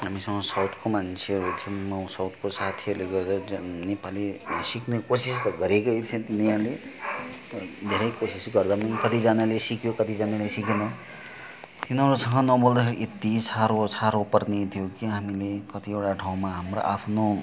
हामीसँग साउथको मान्छेहरू थियो साउथको साथीहरूले गर्दा नेपाली सिक्ने कोसिस त गरेकै थिए उनीहरूले तर धेरै कोसिस गर्दा पनि कतिजनाले सिक्यो कतिजनाले सिकेनन् यिनीहरूसँग नबोल्दाखेरि यति साह्रो साह्रो पर्ने थियो कि हामीले कतिवटा ठाउँमा हाम्रो आफ्नो